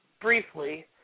briefly